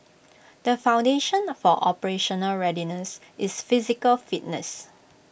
the foundation for operational readiness is physical fitness